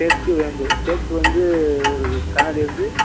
தேக்கு வந்து தேக்கு வந்து வந்து